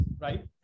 right